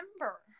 remember